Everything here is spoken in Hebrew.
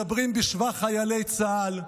מדברים בשבח חיילי צה"ל,